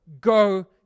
Go